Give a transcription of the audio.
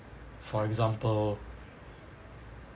for example